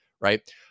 Right